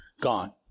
gone